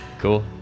Cool